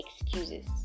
excuses